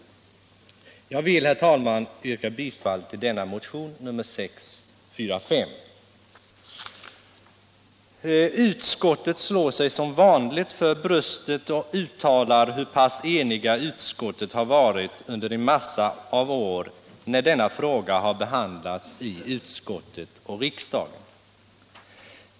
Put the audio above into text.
Jag vill, herr talman, yrka bifall till motionen 645. Utskottet slår sig som vanligt för bröstet och uttalar hur pass enigt utskottet har varit under en massa år när denna fråga behandlats i utskott och riksdag.